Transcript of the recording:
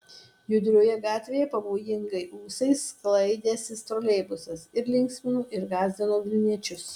judrioje gatvėje pavojingai ūsais sklaidęsis troleibusas ir linksmino ir gąsdino vilniečius